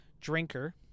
drinker